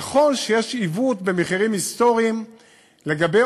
נכון שיש עיוות במחירים היסטוריים לגבי